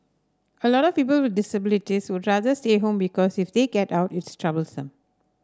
a lot of people with disabilities would rather stay home because if they get out it's troublesome